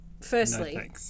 Firstly